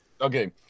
Okay